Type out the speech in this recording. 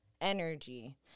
energy